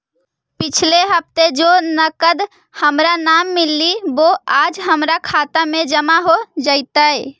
पिछले हफ्ते जो नकद हमारा न मिललइ वो आज हमर खता में जमा हो जतई